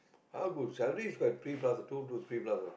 how good salary is quite what three plus two to three plus ah